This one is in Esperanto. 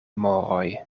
moroj